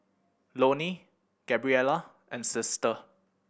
Loney Gabriella and Sister